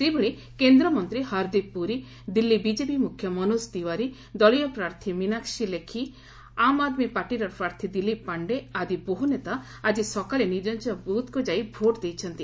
ସେହିଭଳି କେନ୍ଦ୍ରମନ୍ତ୍ରୀ ହରଦୀପ୍ ପୁରୀ ଦିଲ୍ଲୀ ବିକେପି ମୁଖ୍ୟ ମନୋଜ ତିୱାରୀ ଦଳୀୟ ପ୍ରାର୍ଥୀ ମୀନାକ୍ଷି ଲେଖି ଆମ୍ ଆଦ୍ମୀ ପାର୍ଟିର ପ୍ରାର୍ଥୀ ଦିଲୀପ ପାଣ୍ଡେ ଆଦି ବହୁ ନେତା ଆଜି ସକାଳେ ନିଜ ନିଜ ବୁଥ୍କୁ ଯାଇ ଭୋଟ୍ ଦେଇଛନ୍ତି